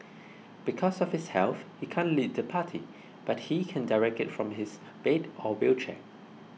because of his health he can't lead the party but he can direct it from his bed or wheelchair